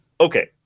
okay